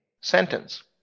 sentence